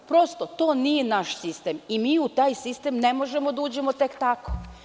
Prosto, to nije naš sistem i mi u taj sistem ne možemo da uđemo tek tako.